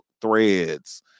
Threads